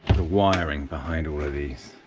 the wiring behind all of these,